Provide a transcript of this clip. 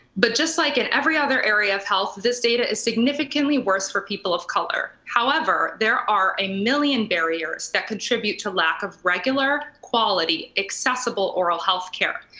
but just like in every other area of health, this data is significantly worse for people of color. however, there are a million barriers that contribute to lack of regular quality accessible oral health care.